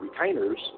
retainers